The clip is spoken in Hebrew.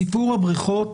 סיפור הבריכות,